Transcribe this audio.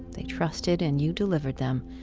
they trusted, and you delivered them.